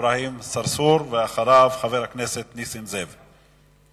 אברהים צרצור, ואחריו, חבר הכנסת נסים זאב.